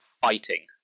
Fighting